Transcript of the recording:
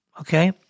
okay